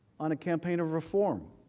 on a campaign of reform.